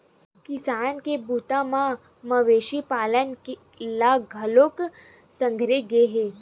किसानी के बूता म मवेशी पालन ल घलोक संघेरे गे हे